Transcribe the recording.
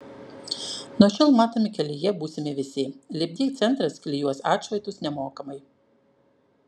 nuo šiol matomi kelyje būsime visi lipdyk centras klijuos atšvaitus nemokamai